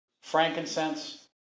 frankincense